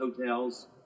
hotels